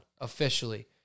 officially